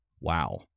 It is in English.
wow